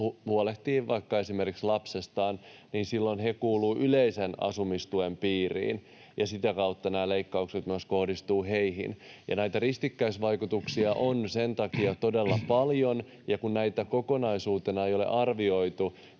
huolehtii lapsestaan, he kuuluvat yleisen asumistuen piiriin ja sitä kautta nämä leikkaukset kohdistuvat myös heihin. Näitä ristikkäisvaikutuksia on sen takia todella paljon, ja kun näitä kokonaisuutena ei ole arvioitu,